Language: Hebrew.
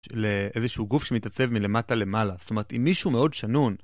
לאיזשהו גוף שמתעצב מלמטה למעלה, זאת אומרת, אם מישהו מאוד שנון